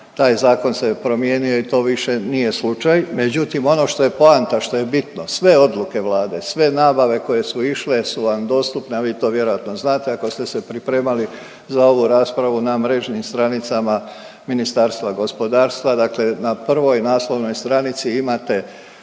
Taj zakon se je promijenio i to više nije slučaj. Međutim, ono što je poanta što je bitno sve odluke Vlade, sve nabave koje su išle su vam dostupne, a vi to vjerojatno znate ako ste se pripremali za ovu raspravu, na mrežnim stranicama Ministarstva gospodarstva. Dakle, na prvoj naslovnoj stranici imate